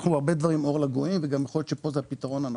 אנחנו בהרבה דברים אור לגויים וגם יכול להיות שכאן זה הפתרון הנכון.